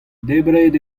debret